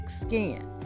skin